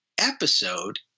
episode